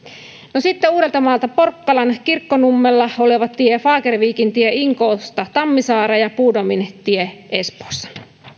no sitten uudeltamaalta porkkalan kirkkonummella oleva tie fagervikintie inkoosta tammisaareen ja bodomintie espoossa